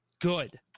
good